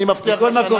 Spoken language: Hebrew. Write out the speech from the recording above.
אני מבטיח לך שאנחנו,